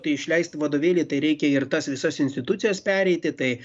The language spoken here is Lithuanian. tai išleist vadovėlį tai reikia ir tas visas institucijas pereiti tai